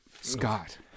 scott